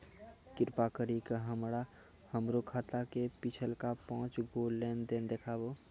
कृपा करि के हमरा हमरो खाता के पिछलका पांच गो लेन देन देखाबो